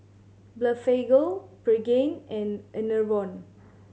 Blephagel Pregain and Enervon